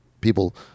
people